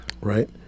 right